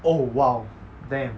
oh !wow! damn